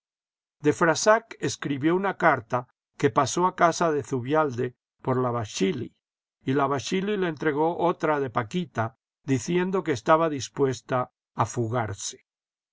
de frassac escribió una carta que pasó a casa de zubialde por la baschili y la baschili le entregó otra de paquita diciendo que estaba dispuesta a fugarse